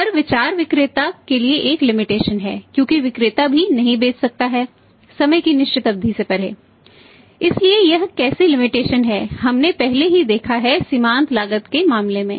तो हम दो लिमिटेशन है हमने पहले ही देखा है सीमांत लागत के मामले में